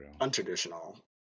untraditional